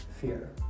fear